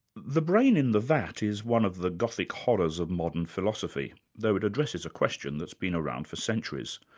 the brain in the vat is one of the gothic horrors of modern philosophy, though it addresses a question that's been around for centuries.